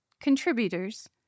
contributors